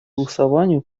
голосованию